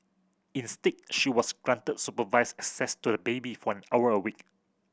instead she was granted supervised access to the baby for an hour a week